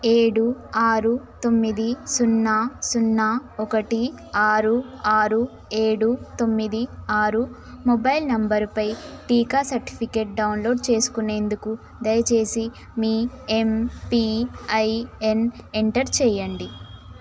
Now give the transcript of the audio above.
ఏడు ఆరు తొమ్మిది సున్న సున్న ఒకటి ఆరు ఆరు ఏడు తొమ్మిది ఆరు మొబైల్ నంబరుపై టీకా సర్టిఫికేట్ డౌన్లోడ్ చేసుకునేందుకు దయచేసి మీ యమ్పిఐయన్ ఎంటర్ చేయండి